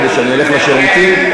כדי שאלך לשירותים.